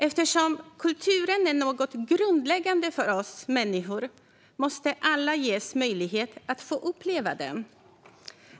Eftersom kulturen är något grundläggande för oss människor måste alla ges möjlighet att få uppleva den.